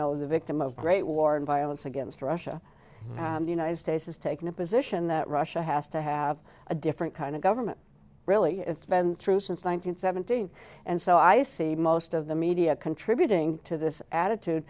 know the victim of great war and violence against russia the united states has taken a position that russia has to have a different kind of government really has been true since one thousand seventeen and so i say most of the media contributing to this attitude